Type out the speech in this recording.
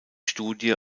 studie